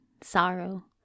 Sorrow